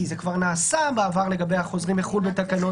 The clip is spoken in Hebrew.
כי זה כבר נעשה בעבר לגבי החוזרים מחו"ל בתקנות.